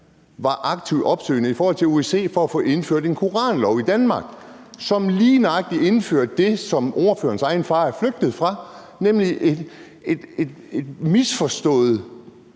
var aktivt opsøgende i forhold til OSCE for at få indført en koranlov i Danmark, som lige nøjagtig indfører det, som ordførerens egen far er flygtet fra, nemlig et misforstået